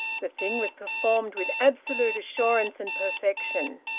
the thing was performed with absolute assurance and perfection.